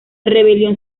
rebelión